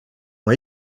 ont